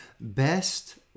best